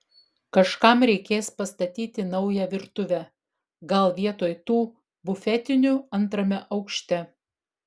kažkam reikės pastatyti naują virtuvę gal vietoj tų bufetinių antrame aukšte